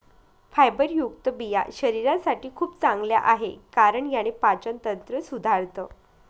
फायबरयुक्त बिया शरीरासाठी खूप चांगल्या आहे, कारण याने पाचन तंत्र सुधारतं